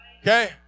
Okay